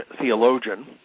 theologian